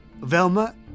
Velma